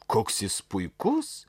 koks jis puikus